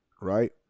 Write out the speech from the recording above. Right